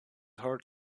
heart